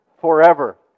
forever